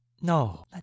no